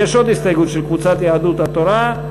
יש עוד הסתייגות של קבוצת יהדות התורה.